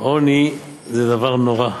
עוני זה דבר נורא.